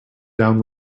down